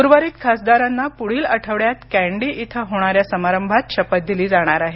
उर्वरित खासदारांना प्ढील आठवड्यात कॅंडी इथं होणाऱ्या समारंभात शपथ दिली जाणार आहे